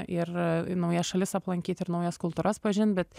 ir į naujas šalis aplankyti ir naujas kultūras pažint bet